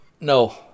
no